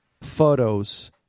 photos